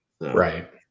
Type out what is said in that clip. Right